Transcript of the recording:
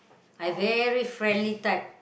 I very friendly type